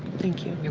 thank you. you're